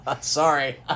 Sorry